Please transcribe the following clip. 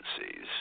agencies